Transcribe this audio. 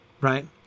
right